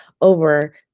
over